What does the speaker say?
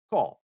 Call